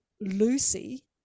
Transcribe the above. Lucy